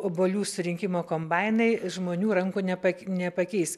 obuolių surinkimo kombainai žmonių rankų nepak nepakeis